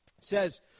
says